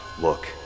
Look